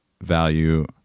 value